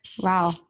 wow